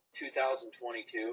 2022